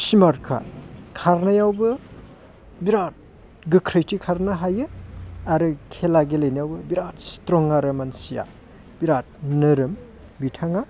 स्मार्टखा खारनायावबो बिरात गोख्रैथि खारनो हायो आरो खेला गेलेनायावबो बिरात स्ट्रं आरो मानसिया बिरात नोरोम बिथाङा